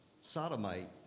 sodomite